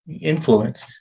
influence